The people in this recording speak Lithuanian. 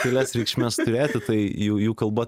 kelias reikšmes turėti tai jų jų kalba